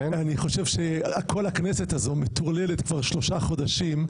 אני חושב שכל הכנסת הזאת מטורללת כבר שלושה חודשים.